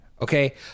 Okay